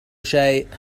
شيء